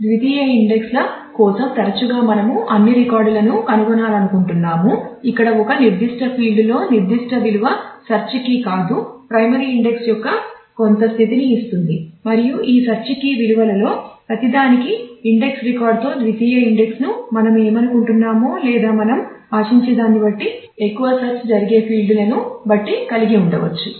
ద్వితీయ ఇండెక్స్ల కోసం తరచుగా మనము అన్ని రికార్డులను కనుగొనాలనుకుంటున్నాము ఇక్కడ ఒక నిర్దిష్ట ఫీల్డ్తో ద్వితీయ ఇండెక్స్ను మనం ఏమనుకుంటున్నామో లేదా మనం ఆశించేదాన్ని బట్టి ఎక్కువ సెర్చ్ జరిగే ఫీల్డ్లను బట్టి కలిగి ఉండవచ్చు